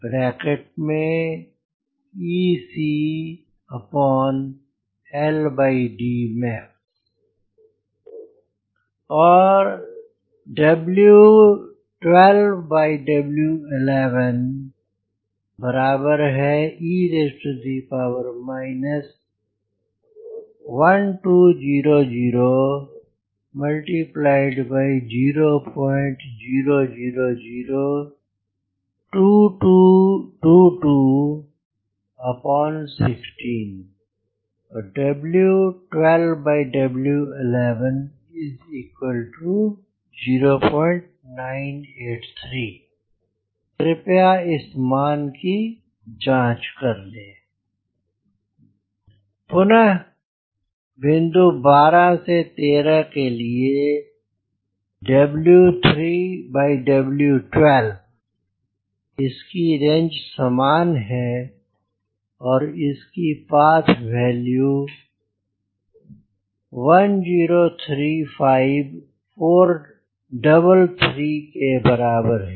So again for point 12 to 13 so again range is same as you see 1035433 is equal to the and this path value and this path value also So weight fraction will be also same So it will be 0969 and again use the historical data So here historical data is for landing 0995 So 0995 we need to find the So Wf W0 W14 पुनः बिंदु 12 से 13 के लिए इसकी range समान है इस की पाथ वेल्यू 1035433 के बराबर है